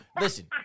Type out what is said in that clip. Listen